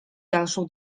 dalszą